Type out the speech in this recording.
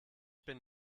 bin